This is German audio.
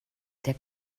der